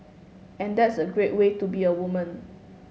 and that's a great way to be a woman